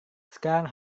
sekarang